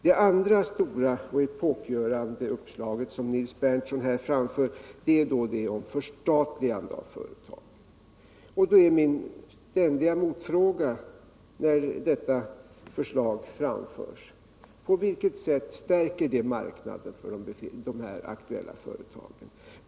Det andra stora och epokgörande uppslag som Nils Berndtson framfört gäller förstatligande av företag. När sådana förslag framförs är min ständiga motfråga: På vilket sätt stärker förslaget marknaden för de här aktuella företagen?